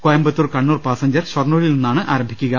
Coimbatore Kannur passenger ഷൊർണൂരിൽ നിന്നാണ് ആരംഭിക്കുക